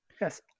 Yes